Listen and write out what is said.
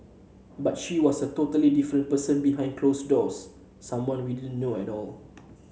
but she was a totally different person behind closed doors someone we didn't know at all